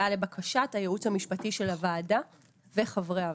זה היה לבקשת הייעוץ המשפטי של הוועדה וחברי הוועדה.